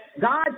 God